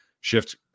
shift